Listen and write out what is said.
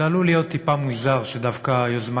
זה עלול להיות טיפה מוזר שדווקא יוזמה